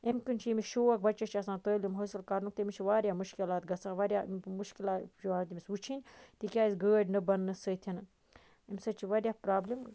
امہِ کِنۍ چھُ ییٚمس شوق بَچَس چھ آسان تعلیٖم حٲصِل کَرنُک تٔمِس چھِ واریاہ مُشکِلات گَژھان واریاہ مُشکِلات چھِ یِوان تمِس وٕچھٕنۍ تکیاز گٲڑۍ نہٕ بَننہٕ سۭتۍ امہِ سۭتۍ چھِ واریاہ پرابلم